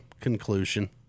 conclusion